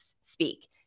speak